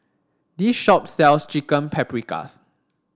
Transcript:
this shop sells Chicken Paprikas